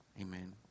Amen